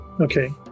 Okay